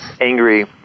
angry